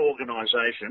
organisation